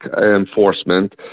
enforcement